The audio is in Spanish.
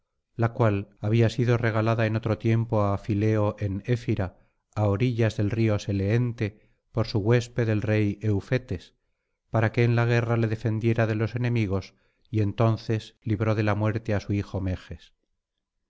la cual había sido regalada en otro tiempo á fileo en éfira á orillas del río seleente por su huésped el rey eufetes para que en la guerra le defendiera de los enemigos y entonces libró de la muerte á su hijo meges